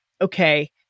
okay